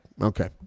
okay